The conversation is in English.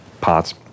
parts